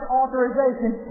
authorization